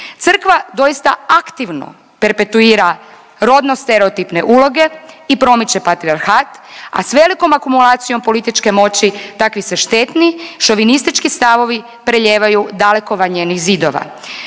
crkva doista aktivno perpetuira rodno stereotipne uloge i promiče patrijarhat, a s velikom akumulacijom političke moći takvi se štetni šovinistički stavovi prelijevaju daleko van njenih zidova.